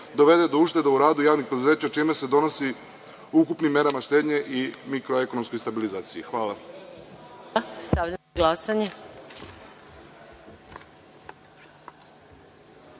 dovede do ušteda u radu javnih preduzeća čime se donosi u ukupnim merama štednje i mikroekonomskoj stabilizaciji. Hvala